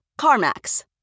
CarMax